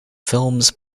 films